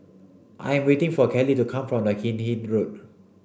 I am waiting for Kelly to come from the Hindhede Road